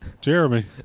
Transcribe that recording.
Jeremy